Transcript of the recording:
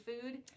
food